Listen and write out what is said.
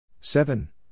Seven